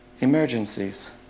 emergencies